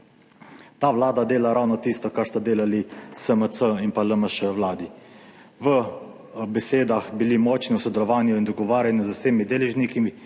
Ta vlada dela ravno tisto, kar sta delali vladi SMC in pa LMŠ. V besedah sta bili močni v sodelovanju in dogovarjanju z vsemi deležniki,